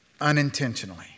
unintentionally